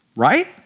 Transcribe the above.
right